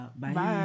bye